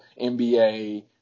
NBA